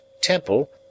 temple